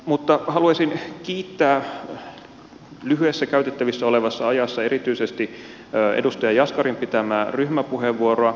mutta haluaisin kiittää lyhyessä käytettävissä olevassa ajassa erityisesti edustaja jaskarin pitämää ryhmäpuheenvuoroa